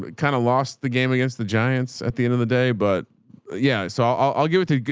but kind of lost the game against the giants at the end of the day. but yeah, so i'll, i'll give it to,